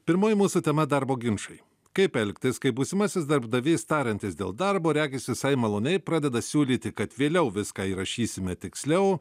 pirmoji mūsų tema darbo ginčai kaip elgtis kai būsimasis darbdavys tariantis dėl darbo regis visai maloniai pradeda siūlyti kad vėliau viską įrašysime tiksliau